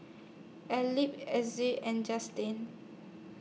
Elbert Essa and Justyn